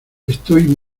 estoy